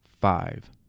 five